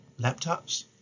laptops